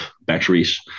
batteries